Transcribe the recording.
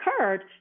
occurred